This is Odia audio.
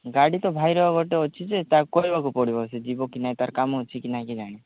ଗାଡ଼ି ତ ଭାଇର ଗୋଟେ ଅଛି ଯେ ତାକୁ କହିବାକୁ ପଡ଼ିବ ସେ ଯିବ କି ନାଇ ତା'ର କାମ ଅଛି କି ନାଇ କେ ଜାଣି